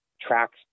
tracks